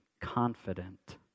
confident